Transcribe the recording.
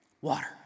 Water